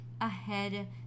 ahead